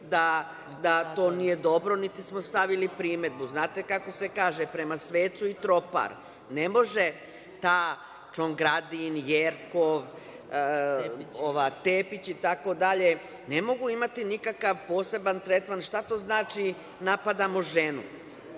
da to nije dobro, niti smo stavili primedbu. Znate kako se kaže - Prema svecu i tropar. Ne može ta Čongradin, Jerkov, Tepić itd, ne mogu imati nikakav poseban tretman. Šta to znači napadamo ženu?